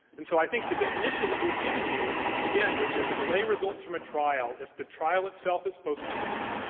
and so i think the definition that we've given you again, which is, delay results from a trial if the trial itself is postponed,